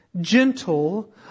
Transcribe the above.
Gentle